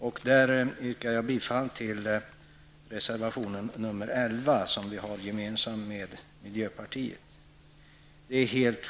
Jag yrkar bifall till reservation nr 11, som vi har gemensamt med miljöpartiet.